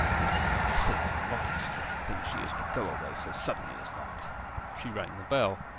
what a silly modest young thing she is, to go away so suddenly as that she rang the bell.